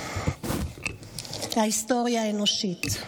בכל ההיסטוריה האנושית.